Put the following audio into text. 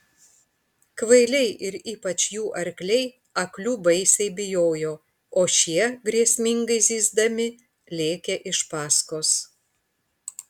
kvailiai ir ypač jų arkliai aklių baisiai bijojo o šie grėsmingai zyzdami lėkė iš paskos